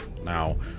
Now